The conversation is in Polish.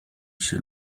się